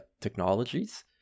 technologies